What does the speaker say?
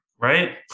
right